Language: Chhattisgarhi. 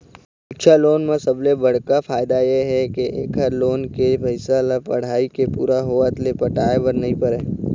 सिक्छा लोन म सबले बड़का फायदा ए हे के एखर लोन के पइसा ल पढ़ाई के पूरा होवत ले पटाए बर नइ परय